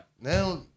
Now